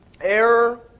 error